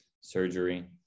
surgery